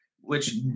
Which-